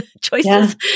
choices